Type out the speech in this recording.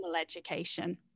education